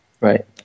Right